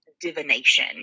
divination